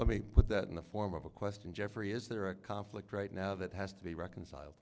let me put that in the form of a question jeffrey is there a conflict right now that has to be reconciled